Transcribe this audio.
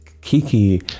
Kiki